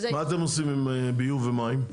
אתם עושים עם ביוב ומים?